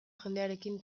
jendearekin